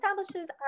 establishes